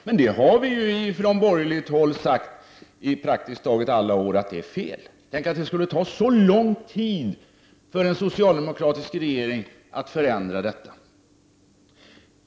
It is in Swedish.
Men vi har från borgerligt håll praktiskt taget hela tiden sagt att det är fel. Tänk, att det skulle ta så lång tid för en socialdemokratisk regering att förändra detta!